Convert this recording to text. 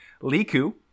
liku